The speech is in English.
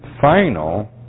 final